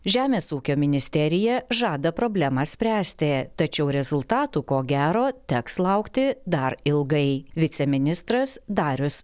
žemės ūkio ministerija žada problemas spręsti tačiau rezultatų ko gero teks laukti dar ilgai viceministras darius